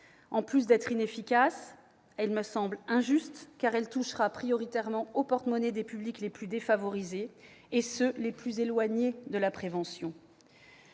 En plus d'être inefficace, une telle mesure me semble injuste, car elle touchera prioritairement le porte-monnaie des publics parmi les plus défavorisés et les plus éloignés de la prévention.